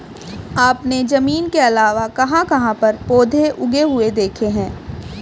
आपने जमीन के अलावा कहाँ कहाँ पर पौधे उगे हुए देखे हैं?